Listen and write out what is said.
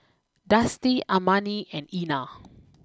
Dusty Armani and Einar